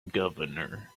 governor